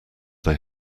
they